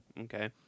Okay